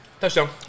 Touchdown